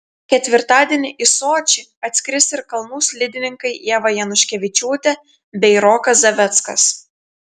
ketvirtadienį į sočį atskris ir kalnų slidininkai ieva januškevičiūtė bei rokas zaveckas